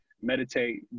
meditate